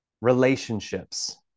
Relationships